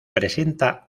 presenta